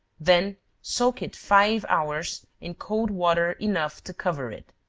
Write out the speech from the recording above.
then soak it five hours, in cold water enough to cover it.